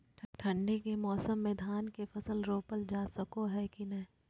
ठंडी के मौसम में धान के फसल रोपल जा सको है कि नय?